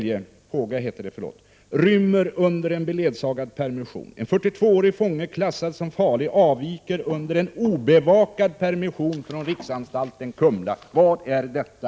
Justitieministern, vad är detta?